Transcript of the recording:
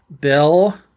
Bill